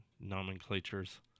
nomenclatures